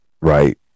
right